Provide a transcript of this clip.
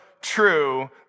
true